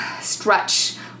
stretch